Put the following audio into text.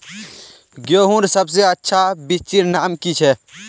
गेहूँर सबसे अच्छा बिच्चीर नाम की छे?